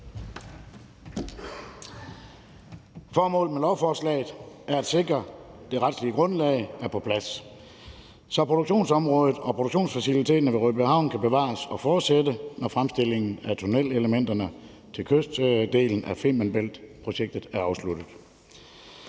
Formålet med lovforslaget er at sikre, at det retlige grundlag er på plads, så produktionsområdet og produktionsfaciliteterne ved Rødbyhavn kan bevares og fortsætte, når fremstillingen af tunnelelementerne til kyst til kyst-delen af Femern Bælt-projektet er afsluttet.